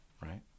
right